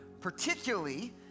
particularly